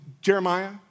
Jeremiah